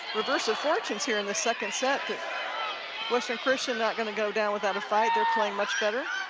reverse of fortunes here in the second set that western christian not going to go down without a fight. they're playing much better